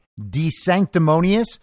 desanctimonious